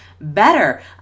Better